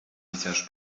pisarz